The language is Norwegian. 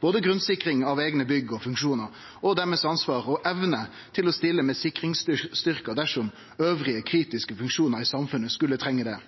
både grunnsikringa av eigne bygg og funksjonar og deira ansvar og evne til å stille med sikringsstyrkar dersom andre kritiske funksjonar i samfunnet skulle trenge det.